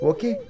Okay